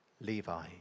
Levi